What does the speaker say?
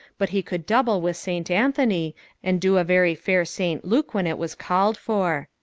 but he could double with st. anthony and do a very fair st. luke when it was called for.